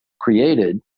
created